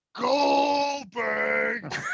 Goldberg